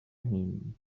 him